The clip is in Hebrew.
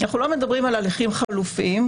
אנחנו לא מדברים על הליכים חלופיים,